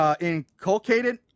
inculcated